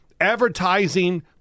advertising